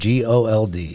GOLD